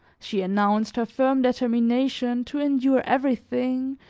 she announced her firm determination to endure everything,